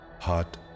hot